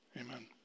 Amen